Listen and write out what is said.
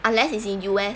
unless is in U_S